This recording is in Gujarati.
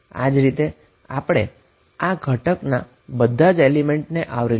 આ રીતે આપણે આ ભાગના બધા જ એલીમેન્ટને આવરી લીધા છે